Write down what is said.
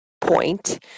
point